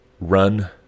run